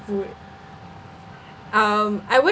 food um I wouldn't